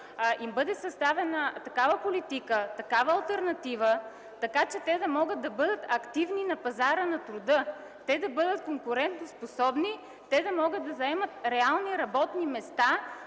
им бъде съставена такава политика, такава алтернатива, че те да могат да бъдат активни на пазара на труда. Те да бъдат конкурентоспособни да могат да заемат реални работни места,